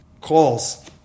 calls